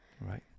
Right